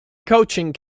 coaching